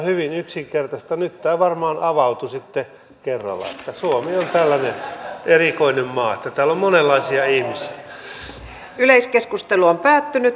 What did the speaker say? tässä tahtoo useasti mennä nämä termit sekaisin ja sotketaan tämä maahanmuuttopolitiikka mikä sinällänsä omana asianaan on äärimmäisen tärkeä